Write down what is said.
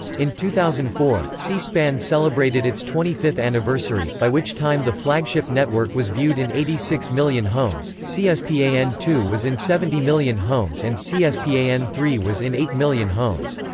in two thousand and four, c-span celebrated its twenty fifth anniversary, by which time the flagship network was viewed in eighty six million homes, c s p a n two was in seventy million homes and c s p a n three was in eight million homes.